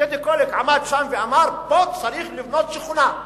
טדי קולק עמד שם ואמר: פה צריך לבנות שכונה.